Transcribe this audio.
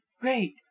great